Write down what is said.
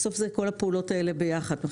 בסוף זה כל הפעולות האלה ביחד,